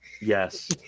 Yes